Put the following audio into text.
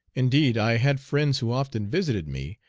indeed, i had friends who often visited me,